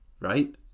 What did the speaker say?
right